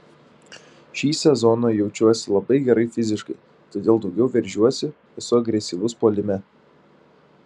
šį sezoną jaučiuosi labai gerai fiziškai todėl daugiau veržiuosi esu agresyvus puolime